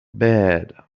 bad